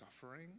suffering